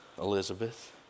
Elizabeth